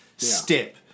Step